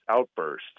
outbursts